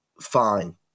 fine